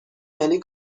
یعنی